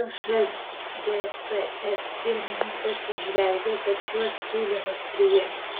lšdps pirmininkas įžvelgia kad šiuos siūlymus priėmus